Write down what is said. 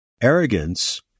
Arrogance